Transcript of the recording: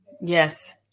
Yes